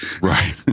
Right